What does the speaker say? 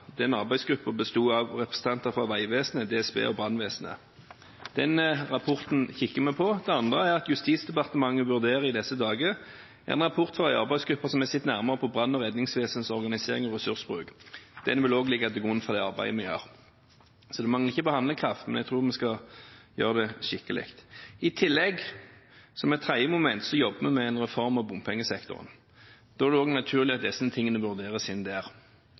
Den arbeidsgruppen besto av representanter fra Vegvesenet, DSB og brannvesenet. Den rapporten kikker vi på. Det andre er at Justisdepartementet i disse dager vurderer en rapport fra en arbeidsgruppe som har sett nærmere på brann- og redningsvesenets organisering og ressursbruk. Den vil også ligge til grunn for det arbeidet vi gjør. Det skal ikke stå på handlekraft, men jeg tror man skal gjøre det skikkelig. I tillegg – som et tredje moment – jobber vi med en reform om bompengesektoren. Da er det naturlig at disse tingene vurderes inn der.